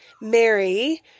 Mary